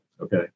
Okay